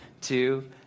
two